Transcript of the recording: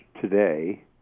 today